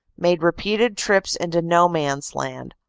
made repeated tri ps into no man's land,